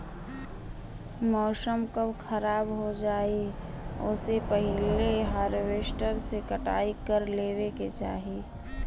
मौसम कब खराब हो जाई ओसे पहिले हॉरवेस्टर से कटाई कर लेवे के चाही